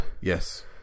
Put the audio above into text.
Yes